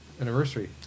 anniversary